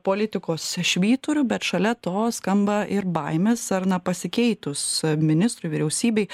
politikos švyturiu bet šalia to skamba ir baimės ar na pasikeitus ministrui vyriausybei